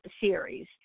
Series